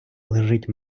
лежить